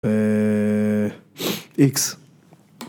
אה... איקס.